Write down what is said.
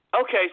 Okay